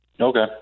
Okay